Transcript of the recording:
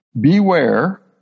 Beware